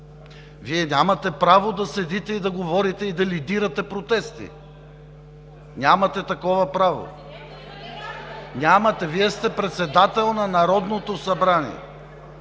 Вие нямате право да седите, да говорите и да лидирате протести! Нямате такова право! (Реплики от ГЕРБ.) Нямате! Вие сте председател на Народното събрание!